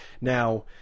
Now